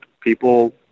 people